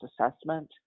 assessment